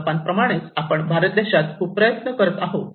Japan प्रमाणेच आपण भारत देशात खूप प्रयत्न करीत आहोत